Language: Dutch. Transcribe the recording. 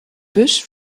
bus